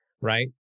right